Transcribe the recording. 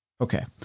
Okay